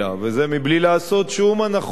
וזה בלי לעשות שום הנחות,